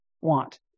want